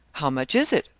how much is it?